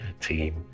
team